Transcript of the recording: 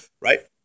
right